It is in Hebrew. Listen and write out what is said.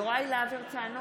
יוראי להב הרצנו,